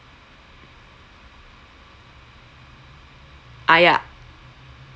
ah ya